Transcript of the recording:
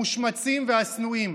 המושמצים והשנואים: